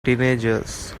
teenagers